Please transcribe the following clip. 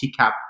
TCAP